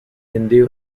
hindu